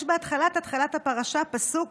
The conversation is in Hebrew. יש בהתחלת הפרשה פסוק